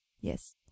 yes